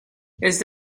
este